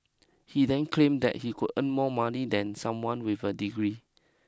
he then claim that he could earn more money than someone with a degree